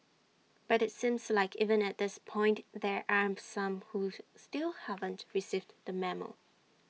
but IT seems like even at this point there are some who still haven't received the memo